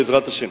בעזרת השם.